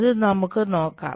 അത് നമുക്ക് നോക്കാം